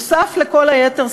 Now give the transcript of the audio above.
נוסף על כל היתר,